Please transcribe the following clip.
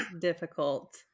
difficult